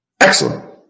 Excellent